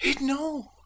No